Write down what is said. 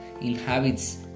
inhabits